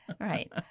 right